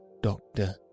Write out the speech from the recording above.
doctor